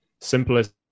simplest